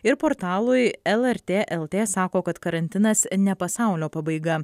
ir portalui lrt lt sako kad karantinas ne pasaulio pabaiga